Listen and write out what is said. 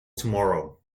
tomorrow